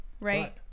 right